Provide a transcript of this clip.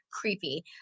creepy